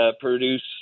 produce